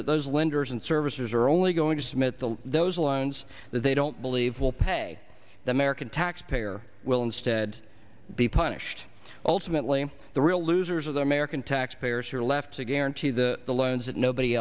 that those lenders and services are only going to submit the those loans that they don't believe will pay the american taxpayer will instead be punished ultimately the real losers are the american taxpayers who are left to guarantee the loans that nobody